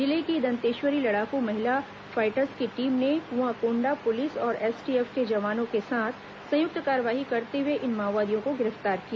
जिले की दंतेश्वरी लड़ाकू महिला फाइटर्स की टीम ने कुआंकोंडा पुलिस और एसटीएफ के जवानों के साथ संयुक्त कार्रवाई करते हुए इन माओवादियों को गिर प तार किया